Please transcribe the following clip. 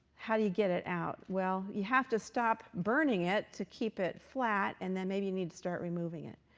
how do you get it out? well, you have to stop burning it to keep it flat. and then maybe you need to start removing removing it.